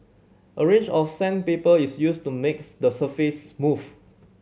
a range of sandpaper is used to makes the surface smooth